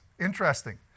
Interesting